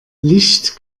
licht